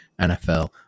NFL